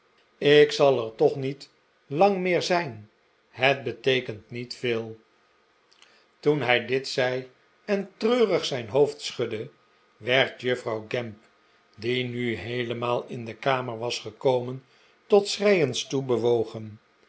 ik zal er toch niet lang meer zijn het beteekent niet veel toen hij dit zei en treurig zijn hoofd schudde werd juffrouw gamp die nu heelemaal in de kamer was gekomen tot schreiens toe bewogen